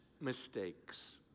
mistakes